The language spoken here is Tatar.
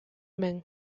мең